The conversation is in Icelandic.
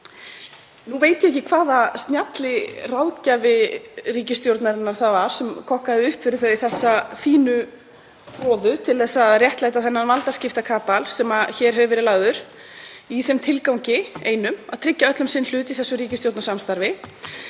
Nú veit ég ekki hvaða snjalli ráðgjafi ríkisstjórnarinnar þar var sem kokkaði upp fyrir þau þessa fínu froðu til að réttlæta þennan valdaskiptakapal sem hér hefur verið lagður í þeim tilgangi einum að tryggja öllum sinn hlut í þessu ríkisstjórnarsamstarfi,